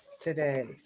today